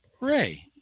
Ray